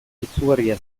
izugarria